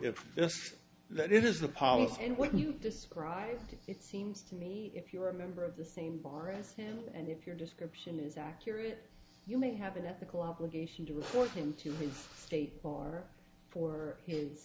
just that is the policy and what you describe it seems to me if you're a member of the same bar as him and if your description is accurate you may have an ethical obligation to report him to his state or for his